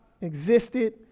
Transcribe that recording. existed